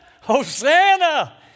Hosanna